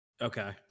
okay